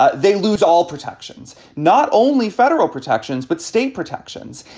ah they lose all protections, not only federal protections, but state protections.